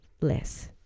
less